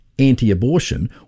anti-abortion